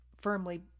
firmly